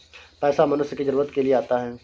पैसा मनुष्य की जरूरत के लिए आता है